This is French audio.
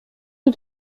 rue